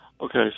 Okay